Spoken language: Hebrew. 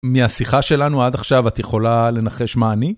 מהשיחה שלנו עד עכשיו את יכולה לנחש מה אני?